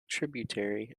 tributary